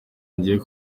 ngiye